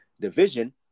division